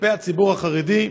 כלפי הציבור החרדי: